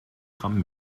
gramm